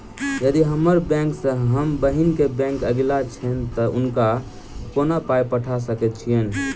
यदि हम्मर बैंक सँ हम बहिन केँ बैंक अगिला छैन तऽ हुनका कोना पाई पठा सकैत छीयैन?